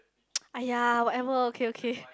!aiya! whatever okay okay